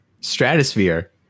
stratosphere